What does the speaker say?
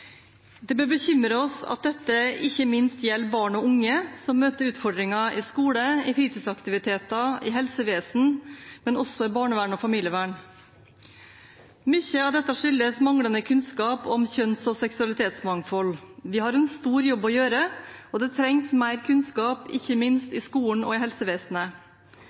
Det bør bekymre oss at dette ikke minst gjelder barn og unge, som møter utfordringen i skole, fritidsaktiviteter og helsevesen, men også i barnevern og familievern. Mye av dette skyldes manglende kunnskap om kjønns- og seksualitetsmangfold. Vi har en stor jobb å gjøre, og det trengs mer kunnskap, ikke minst i skolen og i helsevesenet.